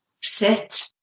sit